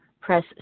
press